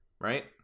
right